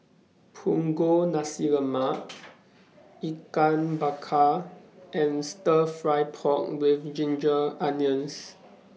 Punggol Nasi Lemak Ikan Bakar and Stir Fry Pork with Ginger Onions